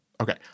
Okay